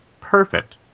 perfect